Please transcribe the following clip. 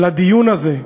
לדיון הזה,